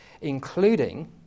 including